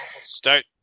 Start